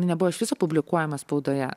nebuvo iš viso publikuojama spaudoje